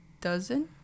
Dozen